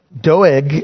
Doeg